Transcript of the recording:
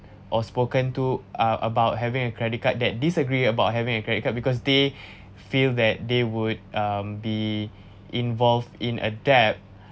or spoken to ah about having a credit card that disagree about having a credit card because they feel that they would um be involved in a debt